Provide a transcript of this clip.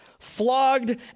flogged